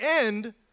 end